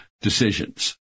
decisions